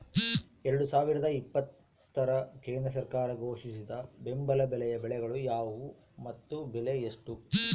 ಎರಡು ಸಾವಿರದ ಇಪ್ಪತ್ತರ ಕೇಂದ್ರ ಸರ್ಕಾರ ಘೋಷಿಸಿದ ಬೆಂಬಲ ಬೆಲೆಯ ಬೆಳೆಗಳು ಯಾವುವು ಮತ್ತು ಬೆಲೆ ಎಷ್ಟು?